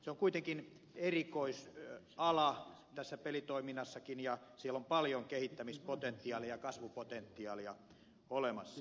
se on kuitenkin erikoisala tässä pelitoiminnassakin ja siellä on paljon kehittämispotentiaalia ja kasvupotentiaalia olemassa